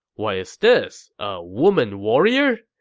what is this? a woman warrior?